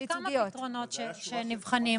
יש כמה פתרונות שנבחנים.